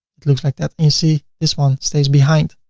it looks like that you see this one stays behind.